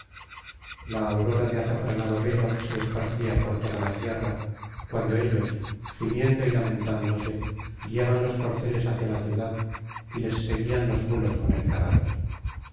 la aurora de azafranado velo se esparcía por toda la tierra cuando ellos gimiendo y lamentándose guiaban los corceles hacia la ciudad y les seguían los mulos con el cadáver